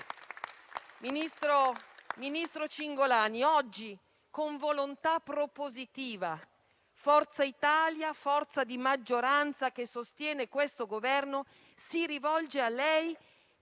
Ministro Cingolani, oggi con volontà propositiva Forza Italia, forza di maggioranza che sostiene il Governo, si rivolge a lei